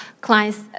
clients